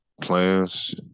plans